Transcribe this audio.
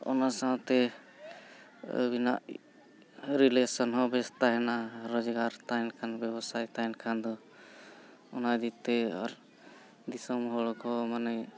ᱚᱱᱟ ᱥᱟᱶᱛᱮ ᱟᱹᱵᱤᱱᱟᱜ ᱨᱤᱞᱮᱥᱚᱱ ᱦᱚᱸ ᱵᱮᱥ ᱛᱟᱦᱮᱱᱟ ᱨᱚᱡᱽᱜᱟᱨ ᱛᱟᱦᱮᱱ ᱠᱷᱟᱱ ᱵᱮᱵᱽᱥᱟ ᱛᱟᱦᱮᱱ ᱠᱷᱟᱱ ᱫᱚ ᱚᱱᱟ ᱤᱫᱤ ᱠᱟᱛᱮᱫ ᱟᱨ ᱫᱤᱥᱚᱢ ᱦᱚᱲᱠᱚ ᱢᱟᱱᱮ